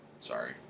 Sorry